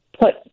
put